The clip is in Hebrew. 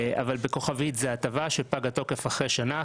אבל בכוכבית זו הטבה שפג תוקפה אחרי שנה,